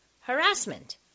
harassment